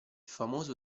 famoso